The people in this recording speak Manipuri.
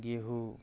ꯒꯦꯍꯨ